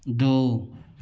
दो